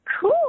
cool